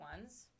ones